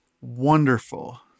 wonderful